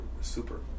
super